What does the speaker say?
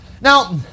Now